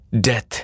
Death